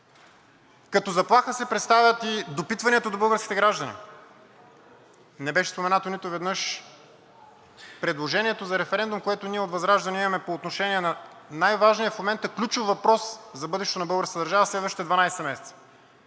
Като заплаха се представят и допитванията до българските граждани. Не беше споменато нито веднъж предложението за референдум, което ние от ВЪЗРАЖДАНЕ имаме по отношение на най-важния в момента, ключов въпрос за бъдещето на българската държава следващите 12 месеца